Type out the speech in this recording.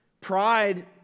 Pride